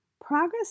Progress